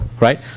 right